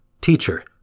Teacher